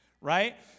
Right